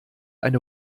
eine